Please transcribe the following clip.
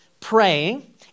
praying